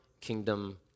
kingdom